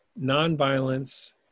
nonviolence